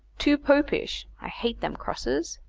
too popish. i hate them crosses.